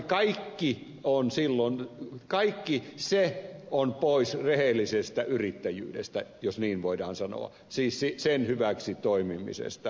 kaikki se on silloin pois rehellisestä yrittäjyydestä jos niin voidaan sanoa siis sen hyväksi toimimisesta